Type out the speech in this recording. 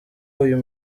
uyu